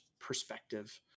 perspective